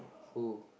who